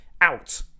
out